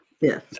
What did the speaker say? Yes